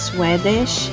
Swedish